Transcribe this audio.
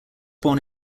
born